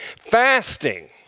Fasting